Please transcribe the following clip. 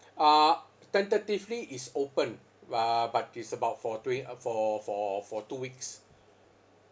uh tentatively is open uh but is about for twe~ i~ uh for for for two weeks